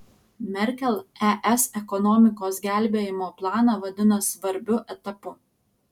merkel es ekonomikos gelbėjimo planą vadina svarbiu etapu